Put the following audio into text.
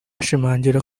ashimangira